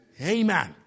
Amen